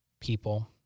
people